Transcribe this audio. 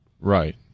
Right